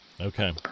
Okay